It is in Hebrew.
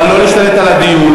אבל לא להשתלט על הדיון.